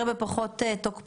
זה מבחינתנו כאילו בא